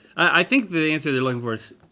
i think the answer they're looking for is,